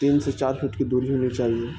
تین سے چار فٹ کی دوری ہونی چاہیے